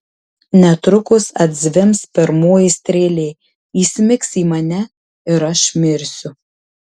netrukus atzvimbs pirmoji strėlė įsmigs į mane ir aš mirsiu